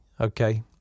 okay